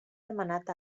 demanat